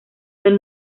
del